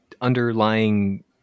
underlying